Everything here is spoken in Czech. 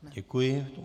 Děkuji.